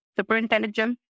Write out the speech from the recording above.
superintelligence